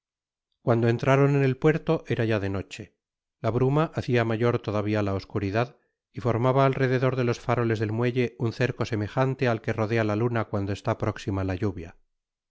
cuando entraron en el puerto era ya de noche la bruma hacia mayor to davia la oscuridad y formaba al rededor de los faroles det muelle un cerco semejante al que rodea la luna cuando está próxima la lluvia